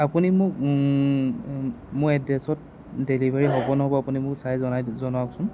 আপুনি মোক মোৰ এড্ৰেছত ডেলিভাৰী হ'ব নহ'ব আপুনি মোক চাই জনাই জনাৱকচোন